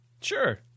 Sure